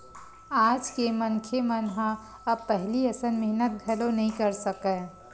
आज के मनखे मन ह अब पहिली असन मेहनत घलो नइ कर सकय